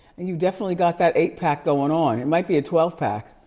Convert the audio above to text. and you've definitely got that eight pack going on. it might be a twelve pack.